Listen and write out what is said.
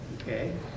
Okay